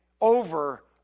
over